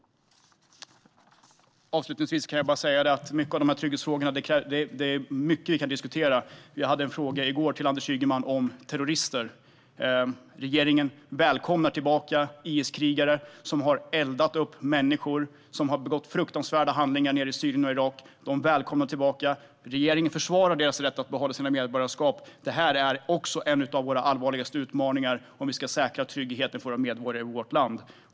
Avslutningsvis vill jag säga att det är mycket som man kan diskutera när det gäller trygghetsfrågorna. Vi hade en fråga i går till Anders Ygeman om terrorister. Regeringen välkomnar återvändande IS-krigare som har eldat upp människor, som har begått fruktansvärda handlingar i Syrien och Irak. De är välkomna tillbaka, och regeringens försvarar deras rätt att behålla sina medborgarskap. Det här är en av våra allvarligaste utmaningar om vi ska säkra tryggheten för medborgare i vårt land.